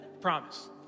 promise